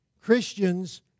Christians